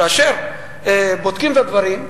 כאשר בודקים את הדברים,